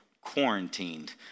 quarantined